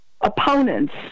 opponents